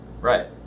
Right